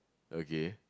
okay